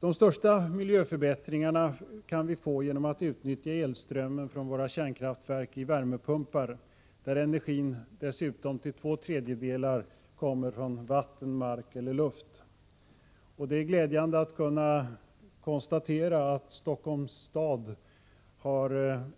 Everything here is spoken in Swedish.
De största miljöförbättringarna kan vi få genom att utnyttja elströmmen från våra kärnkraftverk i värmepumpar, där energin dessutom till två tredjedelar kommer från vatten, mark eller luft. Det är glädjande att kunna konstatera att Stockholms stad gör